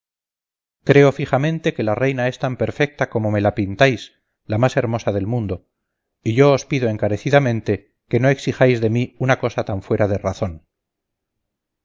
creo fijamente que la reina es tan perfecta como me la pintáis la más hermosa del mundo y yo os pido encarecidamente que no exijáis de mí una cosa tan fuera de razón